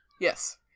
Yes